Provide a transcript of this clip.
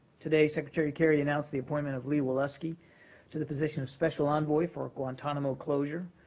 today secretary kerry announced the appointment of lee wolosky to the position of special envoy for guantanamo closure.